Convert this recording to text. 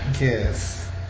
yes